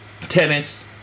Tennis